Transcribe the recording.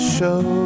Show